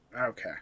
Okay